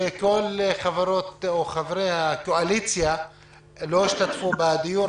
שכל חברי וחברות הקואליציה לא השתתפו בדיון,